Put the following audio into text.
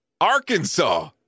Arkansas